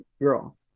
girl